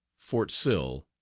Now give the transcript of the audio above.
fort sill,